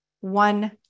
one